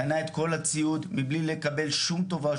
קנה את כל הציוד מבלי לקבל שום טובה,